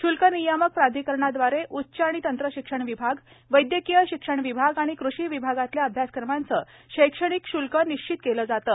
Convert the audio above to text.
शुल्क नियामक प्राधिकरणादवारे उच्च आणि तंत्रशिक्षण विभाग वैदयकीय शिक्षण विभाग आणि कृषी विभागातल्या अभ्यासक्रमांचं शैक्षणिक शुल्क निश्चित केलं जातं